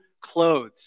clothes